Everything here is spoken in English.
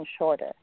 shorter